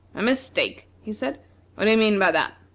a mistake! he said what do you mean by that?